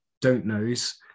don't-knows